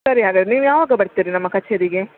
ಸರಿ ಹಾಗಾದ್ರೆ ನೀವು ಯಾವಾಗ ಬರ್ತೀರಿ ನಮ್ಮ ಕಛೇರಿಗೆ